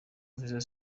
vision